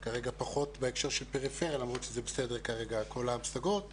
כרגע פחות בהקשר של פריפריה למרות שזה בסדר כרגע כל ההמשגות,